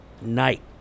night